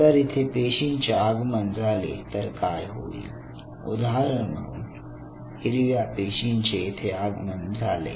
जर येथे पेशीचे आगमन झाले तर काय होईल उदाहरण म्हणून हिरव्या पेशीचे येथे आगमन झाले